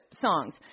songs